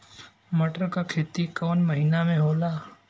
मटर क खेती कवन महिना मे होला?